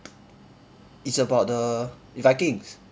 it's about the vikings